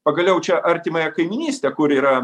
pagaliau čia artimąją kaimynystę kur yra